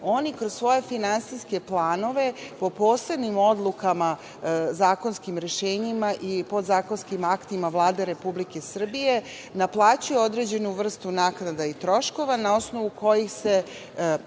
Oni kroz svoje finansijske planove po posebnim odlukama, zakonskim rešenjima i podzakonskim aktima Vlade Republike Srbije naplaćuju određenu vrstu naknade i troškova na osnovu kojih se izdržavaju